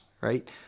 right